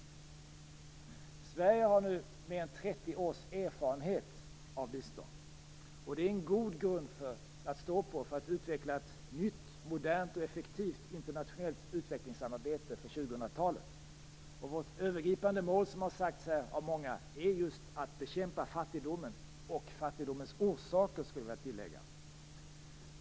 Sverige har nu mer än 30 års erfarenhet av bistånd. Det är en god grund att stå på för att utveckla ett nytt, modernt och effektivt internationellt utvecklingssamarbete för 2000-talet. Vårt övergripande mål är just att bekämpa fattigdomen och fattigdomens orsaker, som många har sagt.